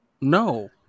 No